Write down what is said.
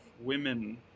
women